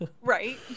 Right